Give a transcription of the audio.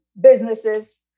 businesses